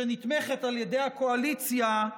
שנתמכת על ידי הקואליציה,